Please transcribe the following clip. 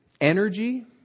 energy